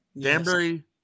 Danbury